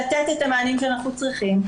לתת את המענים שאנחנו צריכים.